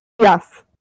yes